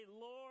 Lord